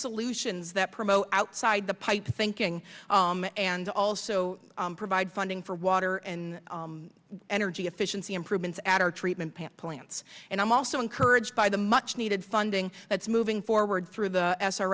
solutions that promote outside the pipe thinking and also provide funding for water and energy efficiency improvements at our treatment plants and i'm also encouraged by the much needed funding that's moving forward through the